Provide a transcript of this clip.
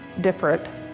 different